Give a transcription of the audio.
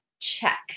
Check